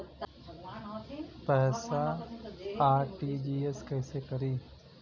पैसा आर.टी.जी.एस कैसे करी?